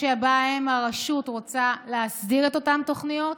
שבהם הרשות רוצה להסדיר את אותן תוכניות.